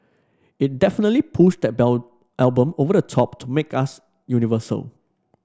it definitely pushed that album over the top to make us universal